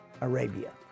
Arabia